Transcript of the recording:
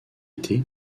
été